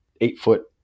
eight-foot